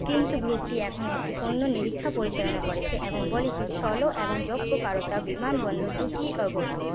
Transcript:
কিন্তু গ্রুপটি এখন একটি পুনর্নিরীক্ষা পরিচালনা করেছে এবং বলেছে সলো এবং জোগ্যকারতা বিমানবন্দর দুটিই অবৈধ